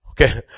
Okay